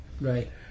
right